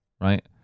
right